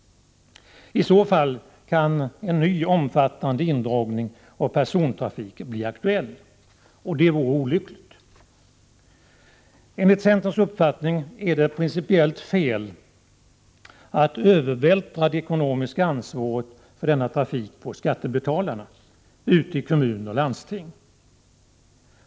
I så fall kan en ny, omfattande indragning av persontrafik bli aktuell — och det vore olyckligt. 81 Enligt centerns uppfattning är det principiellt felaktigt att övervältra det ekonomiska ansvaret för denna trafik på skattebetalarna ute i kommuner och landsting.